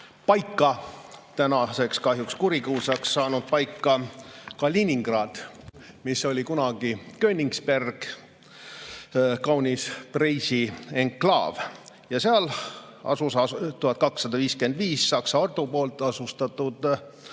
paika, tänaseks kahjuks kurikuulsaks saanud paika: Kaliningradi, mis oli kunagi Königsberg. Kaunis Preisi enklaav – seal asus 1255 Saksa ordu asutatud